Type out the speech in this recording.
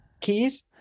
Keys